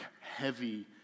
heavy